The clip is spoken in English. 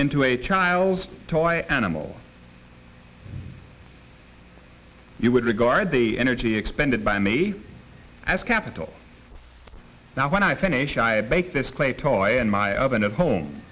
into a child's toy animal you would regard the energy expended by me as capital now when i finish i bake this clay toy in my oven at home